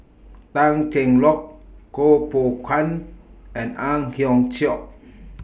Tan Cheng Lock Kuo Pao Kun and Ang Hiong Chiok